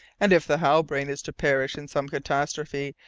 and if the halbrane is to perish in some catastrophe,